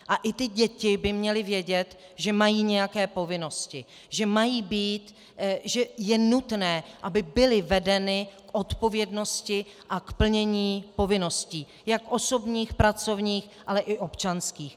A i děti by měly vědět, že mají nějaké povinnosti, že je nutné, aby byly vedeny k odpovědnosti a k plnění povinností jak osobních, pracovních, ale i občanských.